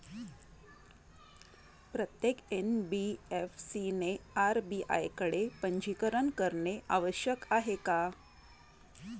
प्रत्येक एन.बी.एफ.सी ने आर.बी.आय कडे पंजीकरण करणे आवश्यक आहे का?